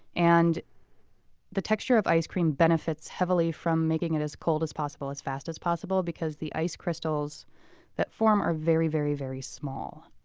and the texture of ice cream benefits heavily from making it as cold as possible as fast as possible, because the ice crystals that form are very very small.